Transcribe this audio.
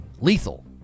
lethal